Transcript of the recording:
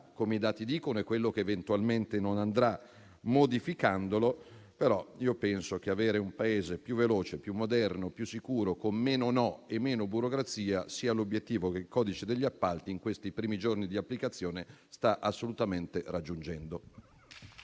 come i dati dicono - e quello che eventualmente non andrà, modificandolo. Penso però che avere un Paese più veloce, più moderno, più sicuro e con meno no e meno burocrazia sia l'obiettivo che il codice degli appalti in questi primi giorni di applicazione sta assolutamente raggiungendo.